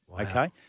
Okay